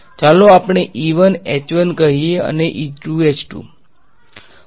ચાલો આપણે કહીએ અને વિદ્યાર્થી કહો કે H2 માઈન્સ H1 પોઝીટીવ છે